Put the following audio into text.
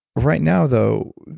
right now though,